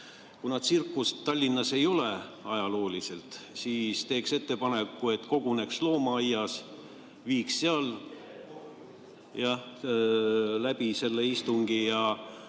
Kuna tsirkust Tallinnas ei ole, ajalooliselt, siis teeks ettepaneku, et koguneks loomaaias, viiks seal läbi selle istungi,